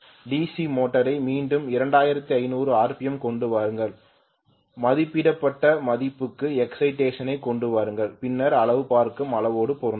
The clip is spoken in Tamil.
டிசி மோட்டாரை மீண்டும் 2500 ஆர்பிஎம் கொண்டு வாருங்கள் மதிப்பிடப்பட்ட மதிப்புக்கு எக்சைடேஷன் ஐ கொண்டு வாருங்கள் பின்னர் அளவைப் பார்க்கவும் அளவோடு பொருந்தவும்